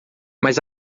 mas